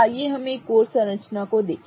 आइए हम एक और संरचना को देखें